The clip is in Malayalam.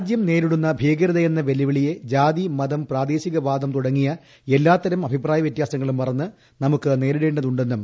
രാജ്യം നേരിടുന്ന ഭീകരതയെന്ന് പെല്ലുവിളിയെ ജാതി മതം പ്രാദേശികവാദം തുടങ്ങിയ എല്ലാത്തരം കൃഷ്ടിപ്രായ വ്യത്യാസങ്ങളും മറന്ന് നമുക്ക് നേരിടേണ്ടതുണ്ടെന്നും